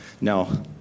No